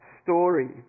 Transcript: story